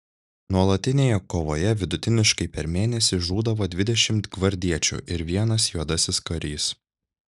nuolatinėje kovoje vidutiniškai per mėnesį žūdavo dvidešimt gvardiečių ir vienas juodasis karys